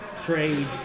trade